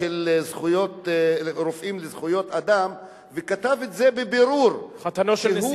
אינני